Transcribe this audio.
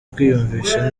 kwiyumvisha